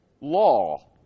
law